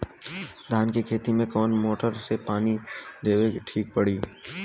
धान के खेती मे कवन मोटर से पानी देवे मे ठीक पड़ी?